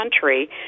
country